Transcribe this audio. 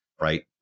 right